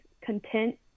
content